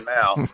now